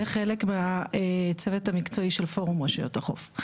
וחלק מהצוות המקצועי של פורום רשויות החוף.